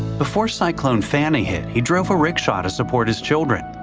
before cyclone fani hit he drove a rickshaw to support his children.